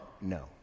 No